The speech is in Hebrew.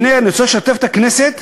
והנה, אני רוצה לשתף את הכנסת,